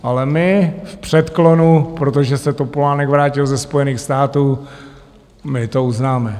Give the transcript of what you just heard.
Ale my v předklonu, protože se Topolánek vrátil ze Spojených států, my to uznáme.